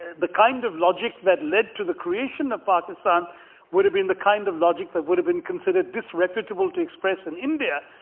the kind of logic that led to the creation of pakistan would have been the kind of logic that would have been considered disreputable to express in india.